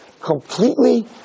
completely